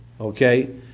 okay